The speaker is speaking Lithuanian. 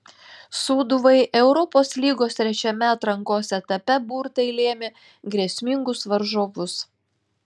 sūduvai europos lygos trečiame atrankos etape burtai lėmė grėsmingus varžovus